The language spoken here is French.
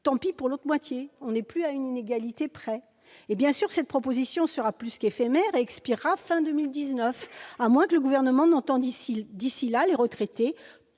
Tant pis pour l'autre moitié ! On n'en est plus à une inégalité près ... Bien sûr, cette disposition sera éphémère et expirera à la fin de l'année 2019, à moins que le Gouvernement n'entende d'ici là les retraités,